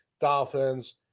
dolphins